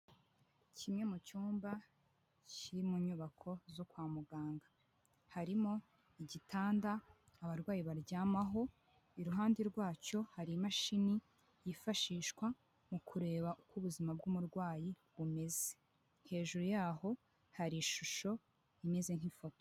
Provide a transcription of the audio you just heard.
Kimwe mu cyumba kiri mu nyubako zo kwa muganga. Harimo igitanda abarwayi baryamaho, iruhande rwacyo hari imashini yifashishwa mu kureba uko ubuzima bw'umurwayi bumeze. Hejuru yaho hari ishusho imeze nk'ifoto.